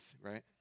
right